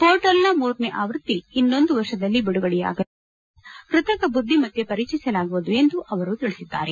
ಪೋರ್ಟಲ್ನ ಮೂರನೇ ಆವೃತ್ತಿ ಇನ್ನೊಂದು ವರ್ಷದಲ್ಲಿ ಬಿಡುಗಡೆ ಯಾಗಲಿದ್ದು ಆ ಸಂದರ್ಭದಲ್ಲಿ ಕೃತಕ ಬುದ್ದಿಮತ್ತೆ ಪರಿಚಯಿಸಲಾಗುವುದು ಎಂದು ಅವರು ತಿಳಿಸಿದ್ದಾರೆ